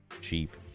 cheap